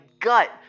gut